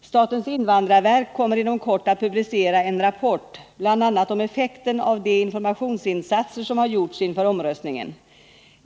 Statens invandrarverk kommer inom kort att publicera en rapport bl.a. om effekten av de informationsinsatser som har gjorts inför omröstningen.